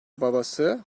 babası